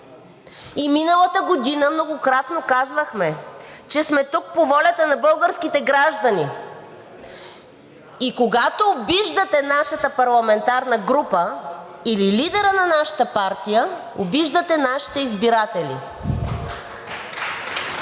И миналата година многократно казвахме, че сме тук по волята на българските граждани. И когато обиждате нашата парламентарна група или лидера на нашата партия, обиждате нашите избиратели.